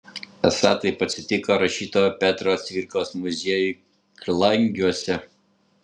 esą taip atsitiko rašytojo petro cvirkos muziejui klangiuose